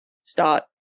start